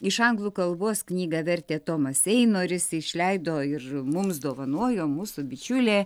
iš anglų kalbos knygą vertė tomas einoris išleido ir mums dovanojo mūsų bičiulė